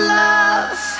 love